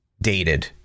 dated